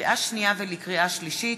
לקריאה שנייה ולקריאה שלישית: